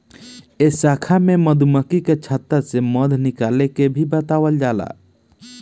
ए शाखा में मधुमक्खी के छता से मध निकाले के भी बतावल जाला